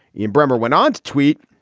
ian bremmer went on to tweet.